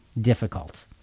difficult